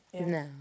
No